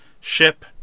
ship